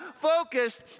focused